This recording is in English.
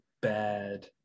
bad